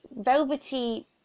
velvety